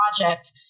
project